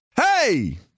Hey